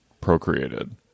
procreated